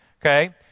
Okay